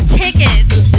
tickets